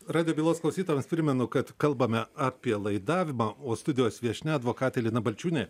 radijo bylos klausytojams primenu kad kalbame apie laidavimą o studijos viešnia advokatė lina balčiūnė